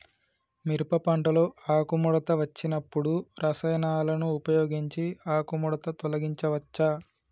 మిరప పంటలో ఆకుముడత వచ్చినప్పుడు రసాయనాలను ఉపయోగించి ఆకుముడత తొలగించచ్చా?